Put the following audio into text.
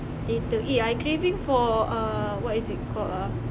later eh I craving for uh what is it called ah